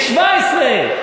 בני 17,